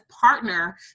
partner